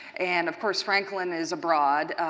and of course franklin is abroad.